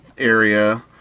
Area